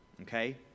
Okay